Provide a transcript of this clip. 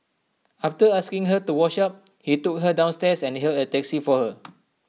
after asking her to wash up he took her downstairs and hailed A taxi for her